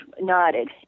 nodded